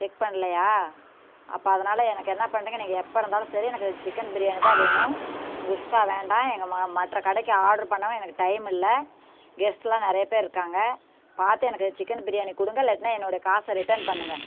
check பண்ணலையா அப்போ அதனால எனக்கு என்ன பண்ணுறிங்க நீங்கள் எப்போ இருந்தாலும் சரி எனக்கு சிக்கன் பிரியாணி தான் வேணும் குஸ்கா வேண்டாம் எங்கள் மா மற்ற கடைக்கு ஆர்டரு பண்ணவும் எனக்கு டைம் இல்லை கெஸ்ட்டுலாம் நிறைய பேர் இருக்காங்க பார்த்து எனக்கு சிக்கன் பிரியாணி கொடுங்க இல்லாட்டினா என்னோட காசை ரிட்டர்ன் பண்ணுங்க